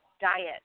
diet